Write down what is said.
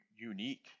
unique